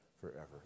forever